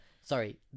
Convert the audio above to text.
Sorry